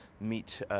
meet